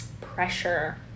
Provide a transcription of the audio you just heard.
pressure